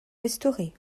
restaurée